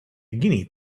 guinea